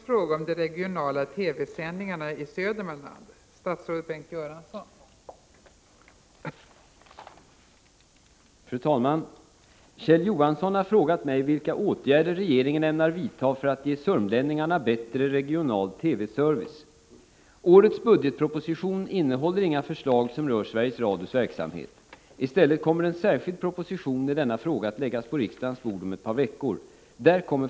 Fru talman! Kjell Johansson har frågat mig vilka åtgärder regeringen ämnar vidta för att ge sörmlänningarna bättre regional TV-service. Årets budgetproposition innehåller inga förslag som rör Sveriges Radios Prot. 1985/86:83 verksamhet. I stället kommer en särskild proposition i denna fråga att läggas 20 februari 1986 å riksd bord tt kor. Där k frå ionala på riksdagens bord om ett par veckor.